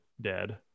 dead